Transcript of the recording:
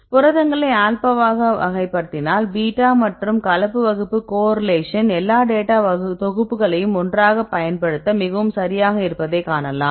புரதங்களை ஆல்பாவாக வகைப்படுத்தினால் பீட்டா மற்றும் கலப்பு வகுப்பு கோரிலேஷன் எல்லா டேட்டா தொகுப்புகளையும் ஒன்றாகப் பயன்படுத்த மிகவும் சரியாக இருப்பதை காணலாம்